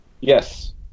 Yes